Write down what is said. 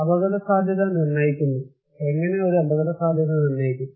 അപകടസാധ്യത നിർണ്ണയിക്കുന്നു എങ്ങനെ ഒരു അപകടസാധ്യത നിർണ്ണയിക്കും